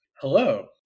hello